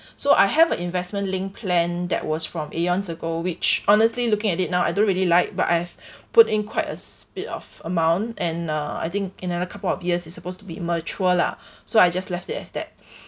so I have a investment linked plan that was from eons ago which honestly looking at it now I don't really like but I've put in quite a split of amount and uh I think in another couple of years is supposed to be mature lah so I just left it as that